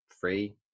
free